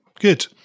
Good